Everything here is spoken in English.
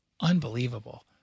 Unbelievable